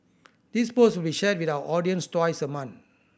this post we shared with our audience twice a month